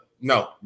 no